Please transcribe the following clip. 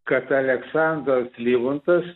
kad aleksandras livontas